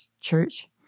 church